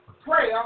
prayer